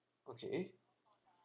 okay